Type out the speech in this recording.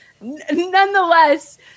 nonetheless